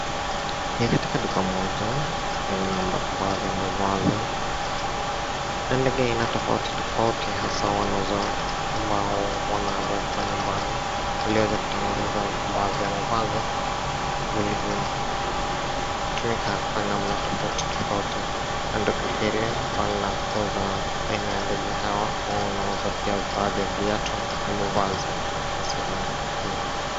Ni katika duka moja kwenye baadhi ya mavazi na ndege aina ya tofauti tofauti hasaa wanazo ambao wanawekwa nyumbani ulieza kutengeneza baadhi ya mavazi vilivyo tumika kwa namna tofauti tofauti na duka hili bado linakuza aina ya ndege hawa una uza pia baadhi ya viatu na mavazi katika sehemu hii.